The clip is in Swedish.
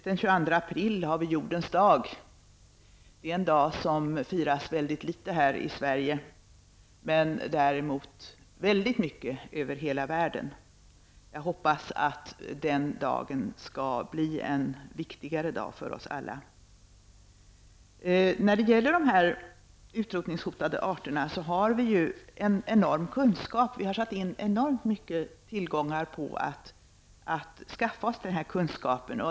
Den 22 april är Jordens dag. Det är en dag som firas mycket litet i Sverige, men däremot väldigt mycket i världen i övrigt. Jag hoppas att den dagen skall bli en viktigare dag för oss alla. När det gäller de utrotningshotade arterna har vi ju en enorm kunskap, och vi har satt in mycket stora resurser för att skaffa oss denna kunskap.